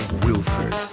wilford.